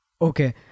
Okay